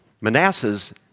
Manasseh's